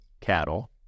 cattle